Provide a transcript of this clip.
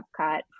Epcot